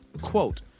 quote